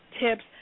tips